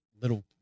little